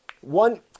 One